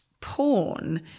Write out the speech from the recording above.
porn